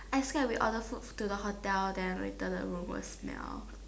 I scared we order food to the hotel then later the room will smell